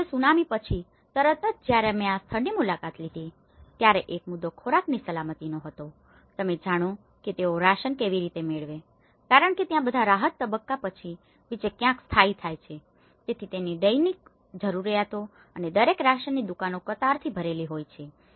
તેથી હવે સુનામી પછી તરત જ જ્યારે મે આ સ્થળની મુલાકાત લીધી ત્યારે એક મુદ્દો ખોરાકની સલામતી હતો તમે જાણો છો કે તેઓ રાશન કેવી રીતે મેળવે કારણ કે તે બધાં રાહત તબક્કા પછી બીજે ક્યાંક સ્થાયી થાય છે તેથી તેમની દૈનિક જરૂરિયાતો અને દરેક રાશનની દુકાન કતારોથી ભરેલી હોય છે